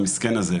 המסכן הזה,